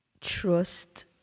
trust